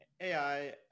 AI